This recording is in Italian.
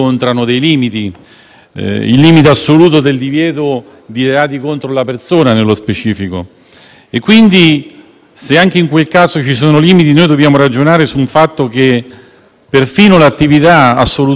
e quindi, se anche in quel caso ci sono dei limiti, noi dobbiamo ragionare sul fatto che perfino le attività di un Governo e di un Ministro nella gestione dei flussi migratori